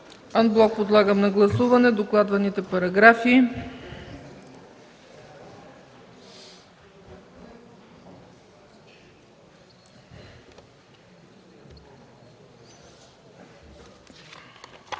Анблок подлагам на гласуване докладваните параграфи.